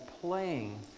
playing